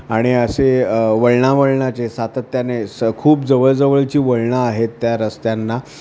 आणि असे वळणावळणाचे सातत्याने स खूप जवळजवळची वळणं आहेत त्या रस्त्यांना